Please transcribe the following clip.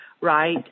right